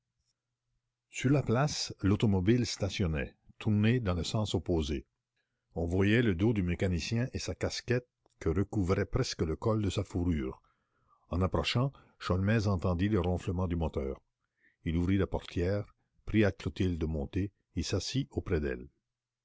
sur la place l'automobile stationnait tournée dans le sens opposé on voyait le dos du mécanicien et sa casquette que recouvrait presque le col de sa fourrure en approchant sholmès entendit le ronflement du moteur il ouvrit la portière pria clotilde de monter et s'assit auprès d'elle